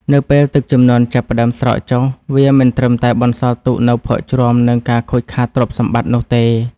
នៅពេលទឹកជំនន់ចាប់ផ្តើមស្រកចុះ វាមិនត្រឹមតែបន្សល់ទុកនូវភក់ជ្រាំ និងការខូចខាតទ្រព្យសម្បត្តិនោះទេ។